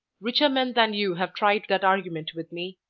richer men than you have tried that argument with me,